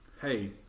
hey